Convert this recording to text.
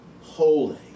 holy